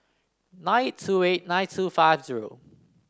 nine two eight nine two five zero